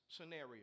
scenario